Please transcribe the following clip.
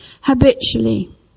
habitually